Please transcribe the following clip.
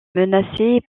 menacée